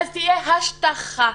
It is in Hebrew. תהיה השטחה.